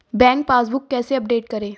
Bank passbook कैसे update करें?